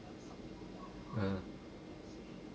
ah